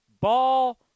ball